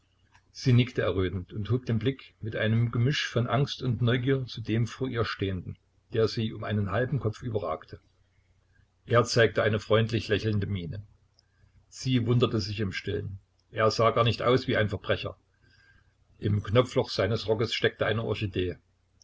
sie nickte errötend und hob den blick mit einem gemisch von angst und neugier zu dem vor ihr stehenden der sie um einen halben kopf überragte er zeigte eine freundlich lächelnde miene sie wunderte sich im stillen er sah gar nicht aus wie ein verbrecher im knopfloch seines rockes steckte eine orchidee